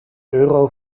euro